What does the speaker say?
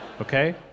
Okay